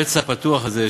הפצע הפתוח הזה,